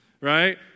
right